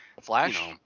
Flash